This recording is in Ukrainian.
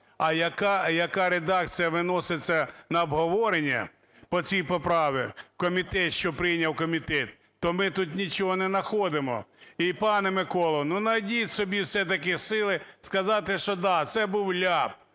а яка редакція виноситься на обговорення по цій поправці в комітет, що прийняв комітет, то ми тут нічого не находимо. І, пане Миколо, ну, знайдіть в собі все-таки сили сказати, що да, це був ляп,